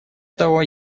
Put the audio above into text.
того